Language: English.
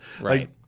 Right